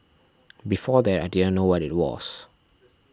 before that I didn't know what it was